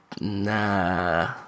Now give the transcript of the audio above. nah